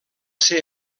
ser